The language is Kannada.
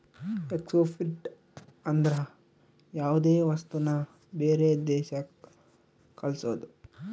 ಎಕ್ಸ್ಪೋರ್ಟ್ ಅಂದ್ರ ಯಾವ್ದೇ ವಸ್ತುನ ಬೇರೆ ದೇಶಕ್ ಕಳ್ಸೋದು